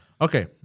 Okay